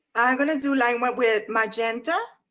i'm gonna do line work with magenta.